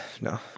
No